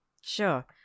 sure